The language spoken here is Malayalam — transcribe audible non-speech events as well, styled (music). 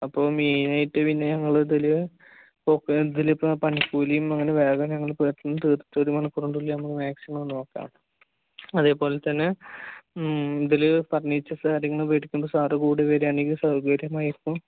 അപ്പോൾ മെയിനായിട്ട് ഇതിനെ ഞങ്ങള് ഇതില് (unintelligible) ഇതില് ഇപ്പം പണിക്കൂലിയും അങ്ങനെ വേറെ ഞങ്ങള് പെട്ടന്ന് തീർത്ത് ഒരു മണിക്കൂറിനുള്ളിൽ നമ്മള് മാക്സിമം നോക്കാം അതേപോലെ തന്നെ ഇതില് ഫർണിച്ചേഴ്സ് കാര്യങ്ങള് പോയി എടുക്കുമ്പോൾ സാറ് കൂടി വരികയാണെങ്കിൽ സൗകര്യമായിരിക്കും